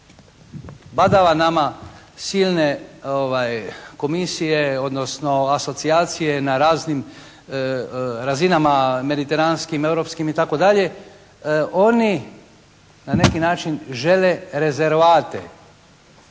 badava nama silne komisije odnosno asocijacije na raznim razinama mediteranskim, europskim itd. Oni na neki način žele rezervate